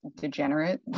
degenerate